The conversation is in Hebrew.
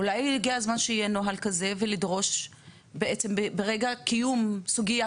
אולי הגיע הזמן שיהיה נוהל כזה ולדרוש בעצם שברגע קיום סוגייה